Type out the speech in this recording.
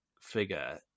figure